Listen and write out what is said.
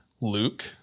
Luke